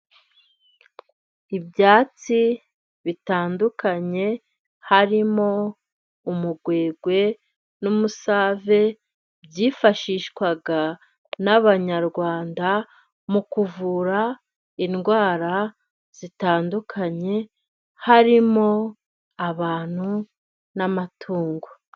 Ibyatsi bitandukanye， harimo umugwegwe n'umusave，byifashishwaga n'abanyarwanda，mu kuvura indwara zitandukanye harimo，abantu n'amatungo.